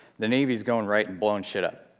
the navy's going right and blowing shit up.